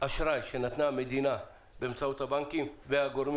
אשראי שנתנה המדינה באמצעות הבנקים והגורמים